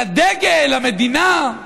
לדגל, למדינה?